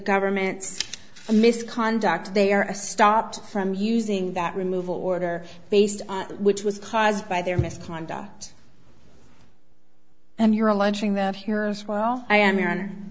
government's misconduct they are a stopped from using that removal order based which was caused by their misconduct and you're alleging that here as well i am